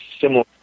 similar